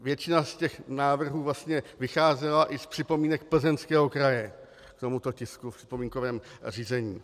Většina z těch návrhů vlastně vycházela i z připomínek Plzeňského kraje k tomuto tisku v připomínkovém řízení.